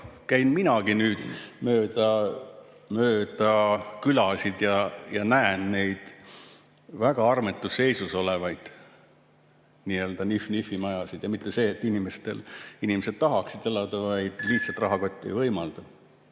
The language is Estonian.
käin minagi nüüd mööda külasid ja näen neid väga armetus seisus olevaid nii-öelda Nihv-Nihvi majasid. Ja mitte, et inimesed tahaksid [neis] elada, vaid lihtsalt rahakott ei võimalda